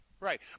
Right